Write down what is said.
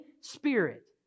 spirit